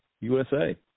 USA